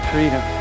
Freedom